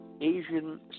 Asian